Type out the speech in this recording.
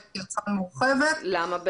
למה?